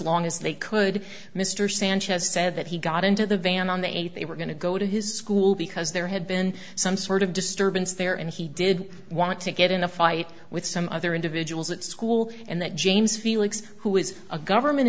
long as they could mr sanchez said that he got into the van on the eighth they were going to go to his school because there had been some sort of disturbance there and he did want to get in a fight with some other individuals at school and that james felix who was a government